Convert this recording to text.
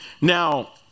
Now